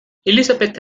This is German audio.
elisabeth